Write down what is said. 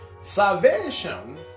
Salvation